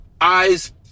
eyes